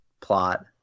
plot